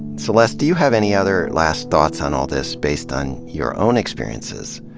celeste, do you have any other last thoughts on all this, based on your own experiences,